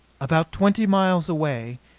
about twenty miles away,